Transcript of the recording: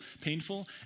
painful